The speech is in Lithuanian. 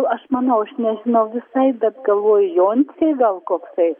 aš manau aš nežinau visai bet galvoju joncė gal koksai